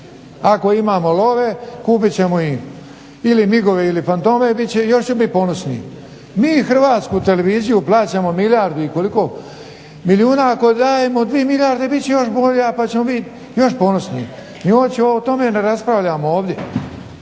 ako imamo love kupit ćemo im ili migove ili fantome i još ću biti ponosniji. Mi Hrvatsku televiziju plaćamo milijardu i koliko milijuna, ako dajemo dvije milijarde bit će još bolja pa ćemo biti još ponosniji i uopće o tome raspravljamo ovdje.